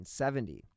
1970